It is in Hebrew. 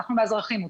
אנחנו מאזרחים אותו.